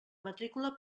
matrícula